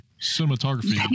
Cinematography